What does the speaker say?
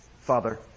Father